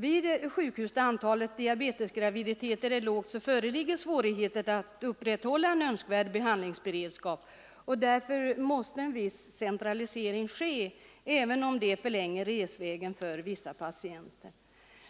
Vid sjukhus där antalet diabetesgraviditeter är lågt föreligger svårigheter att upprätthålla en önskvärd behandlingsberedskap, och därför måste en viss centralisering ske, även om det förlänger resvägen för vissa patienter.